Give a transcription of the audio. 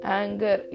anger